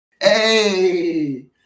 hey